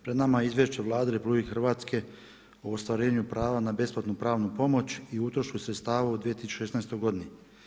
Pred nama je Izvješće Vlade RH o ostvarenju prava na besplatnu pravnu pomoć i utrošku sredstava u 2016. godini.